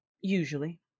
Usually